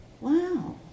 wow